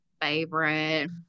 favorite